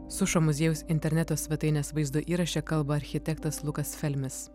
sušo muziejaus interneto svetainės vaizdo įraše kalba architektas lukas felmis